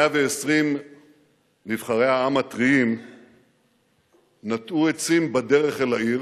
120 נבחרי העם הטריים נטעו עצים בדרך אל העיר,